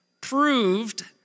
proved